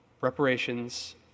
Reparations